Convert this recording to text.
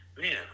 man